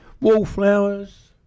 Wallflowers